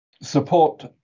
support